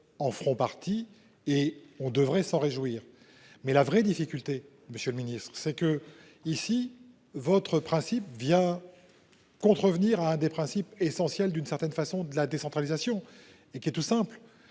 en feront partie, et on devrait s'en réjouir. Mais la vraie difficulté, Monsieur le Ministre, c'est que ici votre principe via. Contrevenir à un des principes essentiels d'une certaine façon de la décentralisation et qui est tout simple,